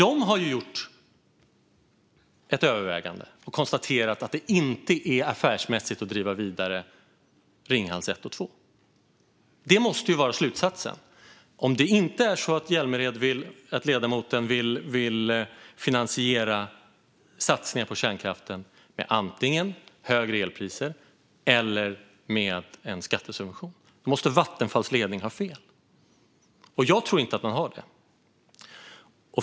De har gjort ett övervägande och konstaterat att det inte är affärsmässigt att driva vidare Ringhals 1 och 2. Det måste vara slutsatsen om ledamoten inte vill finansiera satsningen på kärnkraften med antingen högre elpriser eller med en skattesubvention. Då måste Vattenfalls ledning ha fel. Jag tror inte att de har det.